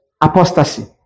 apostasy